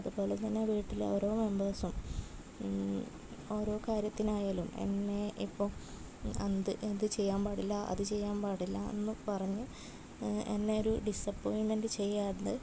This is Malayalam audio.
അതുപോലെതന്നെ വീട്ടിലെ ഓരോ മെമ്പേഴ്സും ഓരോ കാര്യത്തിനായാലും എന്നെ ഇപ്പോൾ ഇത് ചെയ്യാൻ പാടില്ല അത് ചെയ്യാൻ പാടില്ല എന്ന് പറഞ്ഞ് എന്നെ ഒരു ഡിസപ്പോയിന്മെൻ്റ് ചെയ്യാണ്ട്